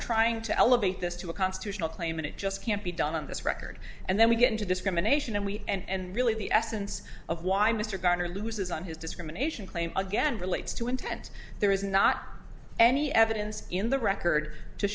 trying to elevate this to a constitutional claim and it just can't be done on this record and then we get into discrimination and we and really the essence of why mr gardner loses on his discrimination claim again relates to intent there is not any evidence in the record to